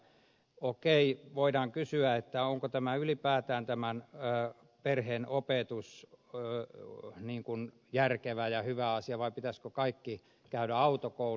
okei voidaan kysyä onko ylipäätään tämä perheen opetus järkevä ja hyvä asia vai pitäisikö kaikkien käydä autokoulu